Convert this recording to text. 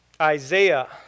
Isaiah